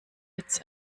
its